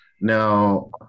Now